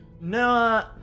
No